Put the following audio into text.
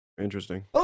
Interesting